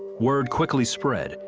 word quickly spread,